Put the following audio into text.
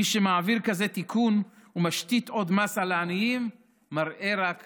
מי שמעביר כזה תיקון ומשית עוד מס על העניים מראה רק